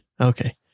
okay